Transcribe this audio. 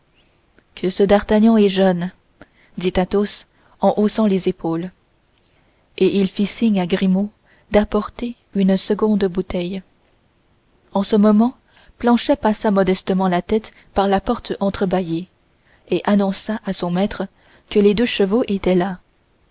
que ce d'artagnan est jeune dit athos en haussant les épaules et il fit signe à grimaud d'apporter une seconde bouteille en ce moment planchet passa modestement la tête par la porte entrebâillée et annonça à son maître que les deux chevaux étaient là